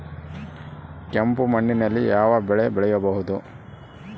ಕೆಂಪು ಮಣ್ಣಿನಲ್ಲಿ ಯಾವ ಬೆಳೆ ಬೆಳೆಯಬಹುದು?